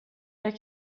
jag